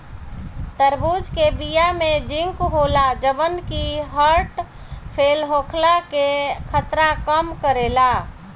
तरबूज के बिया में जिंक होला जवन की हर्ट फेल होखला के खतरा कम करेला